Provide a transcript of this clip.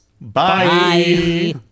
Bye